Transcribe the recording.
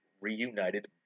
reunited